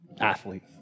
athlete